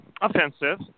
offensive